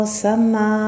sama